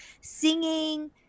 singing